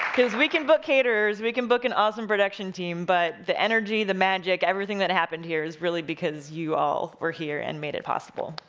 cause we can book caterers, we can book an awesome production team, but the energy, the magic, everything that happened here is really because you all were here and made it possible.